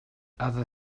other